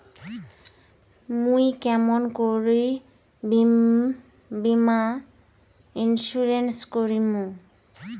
মুই কেমন করি বীমা ইন্সুরেন্স করিম?